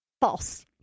false